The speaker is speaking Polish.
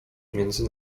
między